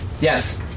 yes